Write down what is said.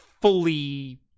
fully